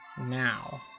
now